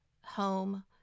home